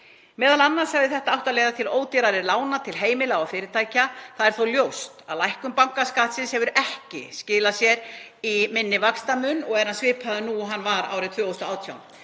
Meðal annars hefði þetta átt að leiða til ódýrari lána til heimila og fyrirtækja. Það er þó ljóst að lækkun bankaskattsins hefur ekki skilað sér í minni vaxtamun og er hann svipaður nú og hann var árið 2018.